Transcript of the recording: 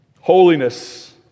Holiness